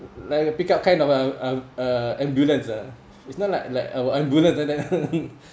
like uh pick-up kind of uh um uh ambulance uh it's not like like our ambulance like that